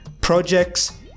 projects